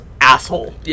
Asshole